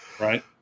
Right